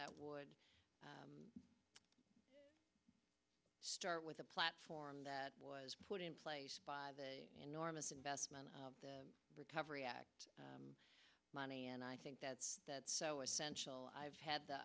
that would start with a platform that was put in place by enormous investment in the recovery act money and i think that's that's so essential i've had the